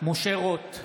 משה רוט,